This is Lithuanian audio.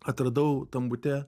atradau tam bute